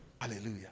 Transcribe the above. Hallelujah